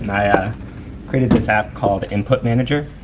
and i ah created this app called input manager.